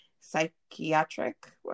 psychiatric